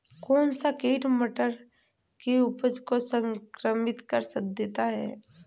कौन सा कीट मटर की उपज को संक्रमित कर देता है?